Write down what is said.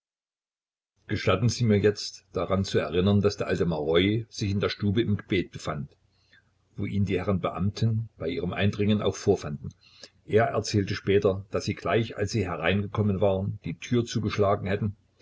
gestatten sie mir jetzt daran zu erinnern daß während ich mit michailiza auf der treppe sprach der alte maroi sich in der stube im gebet befand wo ihn die herren beamten bei ihrem eindringen auch vorfanden er erzählte später daß sie gleich als sie hereingekommen waren die türe zugeschlagen hätten